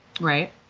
Right